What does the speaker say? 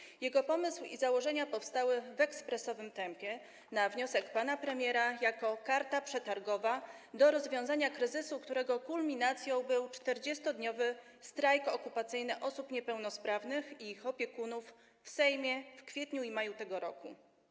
Pomysł na niego i jego założenia powstały w ekspresowym tempie na wniosek pana premiera jako karta przetargowa do rozwiązania kryzysu, którego kulminacją był 40-dniowy strajk okupacyjny osób niepełnosprawnych i ich opiekunów w Sejmie w kwietniu i maju tego roku.